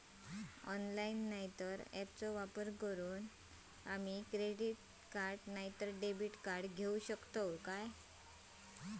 Online नाय तर ऍपचो वापर करून आम्ही क्रेडिट नाय तर डेबिट कार्ड घेऊ शकतो का?